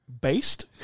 based